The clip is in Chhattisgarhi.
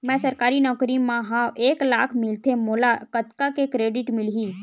मैं सरकारी नौकरी मा हाव एक लाख मिलथे मोला कतका के क्रेडिट मिलही?